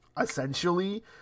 essentially